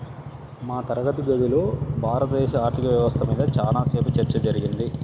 మా తరగతి గదిలో భారతదేశ ఆర్ధిక వ్యవస్థ మీద చానా సేపు చర్చ జరిగింది